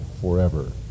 forever